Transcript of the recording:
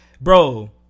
bro